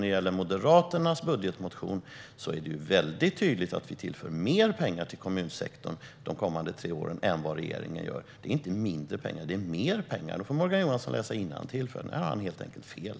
När det gäller Moderaternas budgetmotion är det väldigt tydligt att vi tillför mer pengar till kommunsektorn de kommande tre åren än vad regeringen gör. Det är inte mindre pengar - det är mer pengar! Morgan Johansson får läsa innantill, för där har han helt enkelt fel.